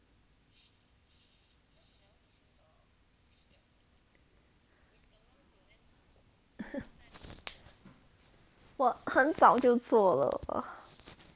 我很早就做了啊